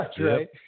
right